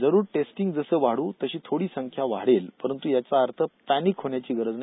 जरुर जसं टेस्टिंग वाढवू तशी थोडी संख्या वाढेल परंतू याचा अर्थ पॅनिक होण्याची गरज नाही